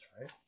right